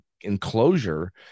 enclosure